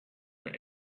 were